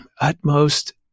utmost